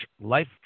Life